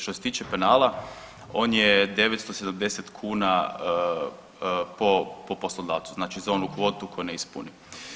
Što se tiče penala, on je 970 kuna po poslodavcu, znači za onu kvotu koju ne ispuni.